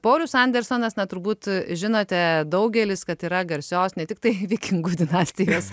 paulius andersonas na turbūt žinote daugelis kad yra garsios ne tiktai vikingų dinastijos